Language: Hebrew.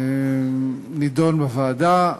נדון בוועדה.